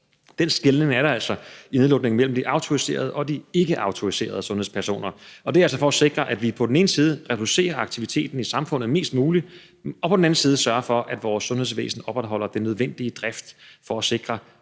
den skelnen er der altså i nedlukningen mellem de autoriserede og de ikkeautoriserede sundhedspersoner, og det er altså for at sikre, at vi på den ene side reducerer aktiviteten i samfundet mest muligt og på den anden side sørger for, at vores sundhedsvæsen opretholder den nødvendige drift for at sikre